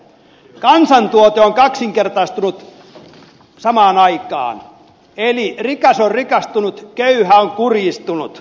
kansantuote on kaksinkertaistunut samaan aikaan eli rikas on rikastunut köyhä on kurjistunut